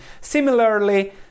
Similarly